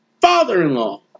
father-in-law